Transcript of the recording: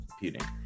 Computing